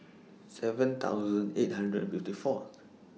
seven thousand eight hundred and fifty Fourth